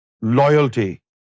loyalty